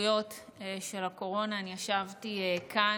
הסמכויות של הקורונה אני ישבתי כאן,